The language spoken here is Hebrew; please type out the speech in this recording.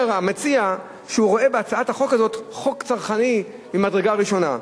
אומר המציע שהוא רואה בהצעת החוק הזאת חוק צרכני ממדרגה ראשונה,